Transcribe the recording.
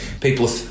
people